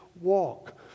walk